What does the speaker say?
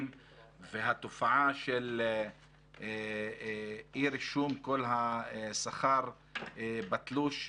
והתופעה של אי-רישום כל השכר בתלוש.